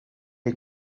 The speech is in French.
est